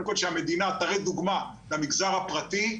קודם כל שהמדינה תראה דוגמא למגזר הפרטי.